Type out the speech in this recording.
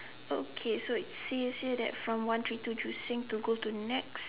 okay so it says here that from one three two Joo Seng to go to Nex